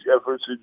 efforts